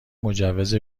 مجوز